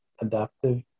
adaptive